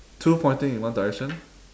two pointing in one direction